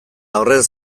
horrez